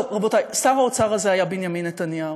טוב, רבותי, שר האוצר הזה היה בנימין נתניהו,